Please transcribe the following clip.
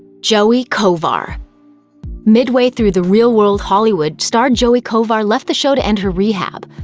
joey kovar midway through the real world hollywood, star joey kovar left the show to enter rehab.